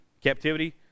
captivity